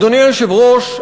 אדוני היושב-ראש,